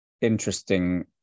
interesting